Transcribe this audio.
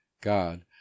God